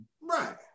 Right